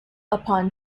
upon